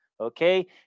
Okay